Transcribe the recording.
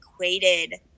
equated